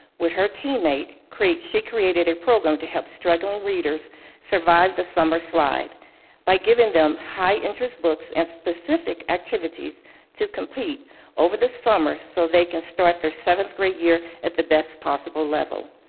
with her teammate, she created a program to help struggling readers survive the summer slide by giving them high interest books and specific activities to complete over the summer so they can start their seventh grade year at the best possible level.